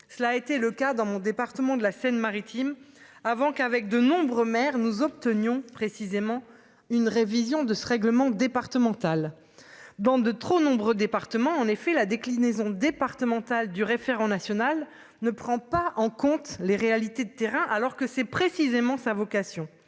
Cela a été le cas dans mon département de la Seine-Maritime avant qu'avec de nombreux maires nous obtenions précisément une révision de ce règlement départemental dans de trop nombreux départements en effet la déclinaison départementale du référent national ne prend pas en compte les réalités de terrain alors que c'est précisément sa vocation,